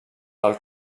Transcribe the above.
del